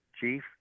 chief